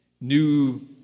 new